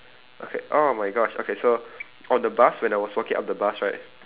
okay oh my gosh okay so on the bus when I was walking up the bus right